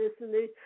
listening